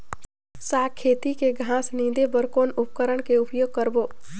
साग खेती के घास निंदे बर कौन उपकरण के उपयोग करबो?